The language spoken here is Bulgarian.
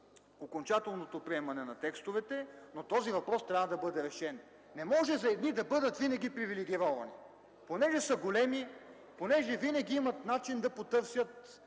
окончателното приемане на текстовете, но този въпрос трябва да бъде решен. Не може едни да бъдат винаги привилегировани, понеже са големи, понеже винаги имат начин да потърсят